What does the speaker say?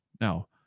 Now